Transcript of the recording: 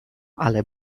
ale